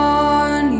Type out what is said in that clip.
on